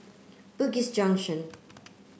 Bugis Junction